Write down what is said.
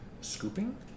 scooping